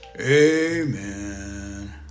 Amen